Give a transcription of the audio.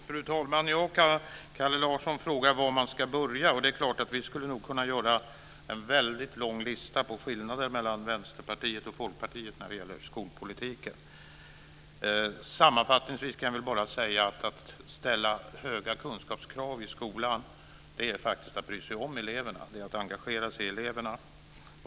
Fru talman! Kalle Larsson frågar var man ska börja. Vi skulle nog kunna göra en väldigt lång lista på skillnader mellan Vänsterpartiet och Folkpartiet när det gäller skolpolitiken. Sammanfattningsvis kan jag säga: Att ställa höga kunskapskrav i skolan är faktiskt att bry sig om eleverna. Det är att engagera sig i eleverna.